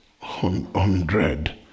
hundred